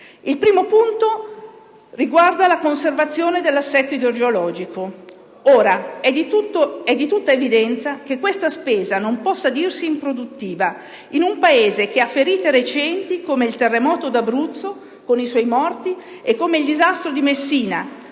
Il primo punto riguarda la conservazione dell'assetto idrogeologico. È di tutta evidenza che questa spesa non possa dirsi improduttiva in un Paese che ha ferite recenti come il terremoto d'Abruzzo, con i suoi morti, e come il disastro di Messina,